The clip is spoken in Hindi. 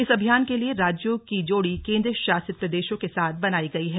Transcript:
इस अभियान के लिए राज्यों की जोड़ी केन्द्रशासित प्रदेशों के साथ बनाई गयी है